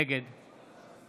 נגד